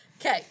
Okay